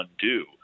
undo